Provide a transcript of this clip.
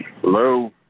Hello